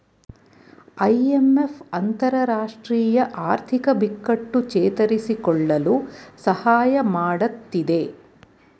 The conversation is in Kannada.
ಐ.ಎಂ.ಎಫ್ ಅಂತರರಾಷ್ಟ್ರೀಯ ಆರ್ಥಿಕ ಬಿಕ್ಕಟ್ಟು ಚೇತರಿಸಿಕೊಳ್ಳಲು ಸಹಾಯ ಮಾಡತ್ತಿದೆ